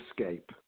escape